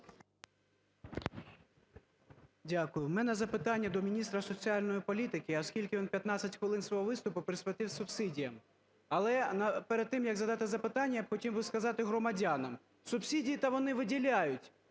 Дякую. У мене запитання до міністра соціальної політики, оскільки він 15 хвилин свого виступу присвятив субсидіям. Але перед тим, як задати запитання, я хотів би сказати громадянам: субсидії то вони виділяють,